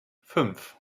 fünf